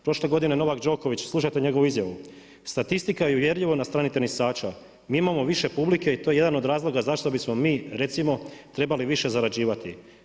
Prošle godine Novak Đoković, slušajte njegovu izjavu „Statistika je uvjerljivo na strani tenisača, mi imamo više publike i to je jedan od razloga zašto bismo mi recimo trebali više zarađivati.